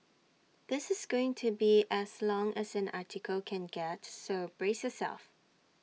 this is going to be as long as an article can get so brace yourself